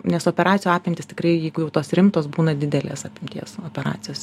nes operacijų apimtys tikrai jeigu jau tos rimtos būna didelės apimties operacijos